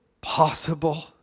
possible